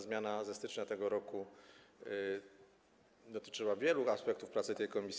Zmiana ze stycznia tego roku dotyczyła wielu aspektów pracy tej komisji.